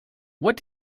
what